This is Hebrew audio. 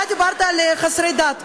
אתה דיברת על חסרי דת.